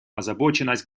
озабоченность